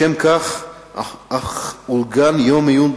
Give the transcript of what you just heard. לשם כך אף אורגן יום עיון,